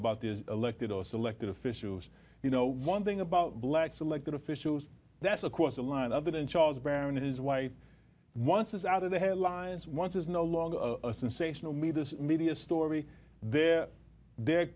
about these elected or selected officials you know one thing about blacks elected officials that's across the line other than charles brown and his wife once is out of the headlines once is no longer a sensational me this media story there they're